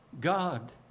God